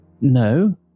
no